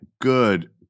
good